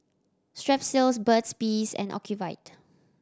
Strepsils Burt's Bees and Ocuvite